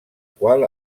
qual